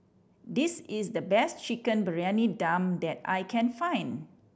this is the best Chicken Briyani Dum that I can find